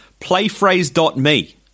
PlayPhrase.me